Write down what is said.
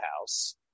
house